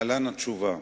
להלן התשובה: